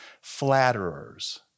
flatterers